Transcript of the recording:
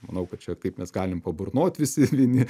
manau kad čia kaip mes galim paburnot visi vieni